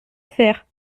faire